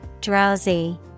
drowsy